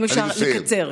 אם אפשר לקצר,